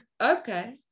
okay